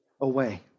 away